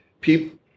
people